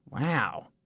Wow